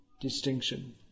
distinction